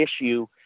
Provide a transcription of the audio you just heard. issue